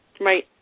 Right